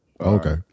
Okay